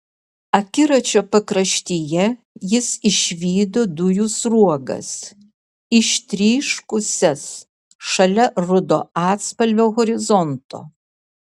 akiračio pakraštyje jis išvydo dujų sruogas ištryškusias šalia rudo atspalvio horizonto